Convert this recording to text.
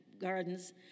gardens